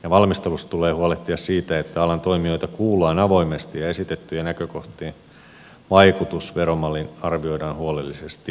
valmistelussa tulee huolehtia siitä että alan toimijoita kuullaan avoimesti ja esitettyjen näkökohtien vaikutus veromalliin arvioidaan huolellisesti